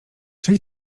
czyj